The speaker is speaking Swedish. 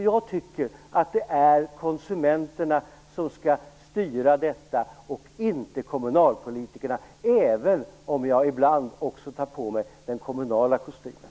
Jag tycker att det är konsumenterna som skall styra detta, inte kommunpolitikerna - även om jag ibland också tar på mig den kommunala kostymen.